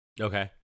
okay